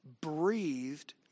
breathed